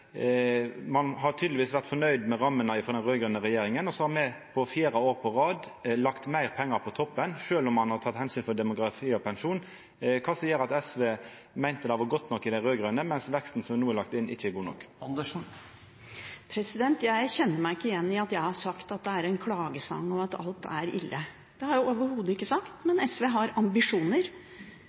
Ein har tydelegvis vore fornøgd med rammene frå den raud-grøne regjeringa. Og så har me for fjerde året på rad lagt meir pengar på toppen sjølv om ein har teke omsyn til demografi og pensjon. Kva er det som gjer at SV meinte det var godt nok med dei raud-grøne, mens veksten som no er lagd inn, ikkje er god nok? Jeg kjenner meg ikke igjen i at jeg skal ha sagt at det er en klagesang, og at alt er ille. Det har jeg overhodet ikke sagt. Men SV har